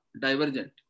divergent